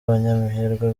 abanyamahirwe